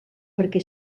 perquè